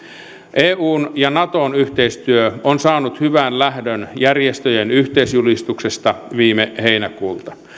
eun ja naton yhteistyö on saanut hyvän lähdön järjestöjen yhteisjulistuksesta viime heinäkuulta